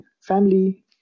family